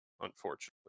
unfortunately